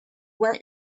went